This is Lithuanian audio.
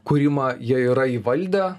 kūrimą jie yra įvaldę